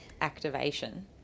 Activation